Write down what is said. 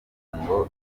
ngo